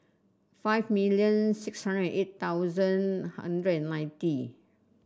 five million six hundred and eight thousand hundred and ninety